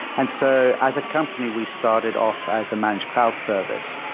and so as a company, we started off as a managed cloud service.